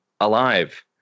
alive